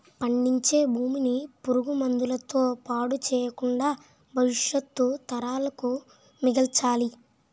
పండించే భూమిని పురుగు మందుల తో పాడు చెయ్యకుండా భవిష్యత్తు తరాలకు మిగల్చాలి